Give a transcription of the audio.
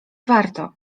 warto